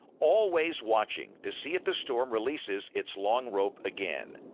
always watching to see if the storm releases its long rope again.